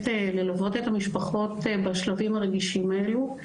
ללוות את המשפחות בשלבים הרגישים האלה.